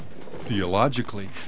Theologically